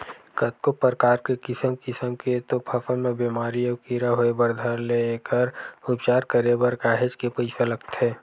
कतको परकार के किसम किसम के तो फसल म बेमारी अउ कीरा होय बर धर ले एखर उपचार करे बर काहेच के पइसा लगथे